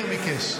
מאיר ביקש.